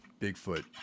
Bigfoot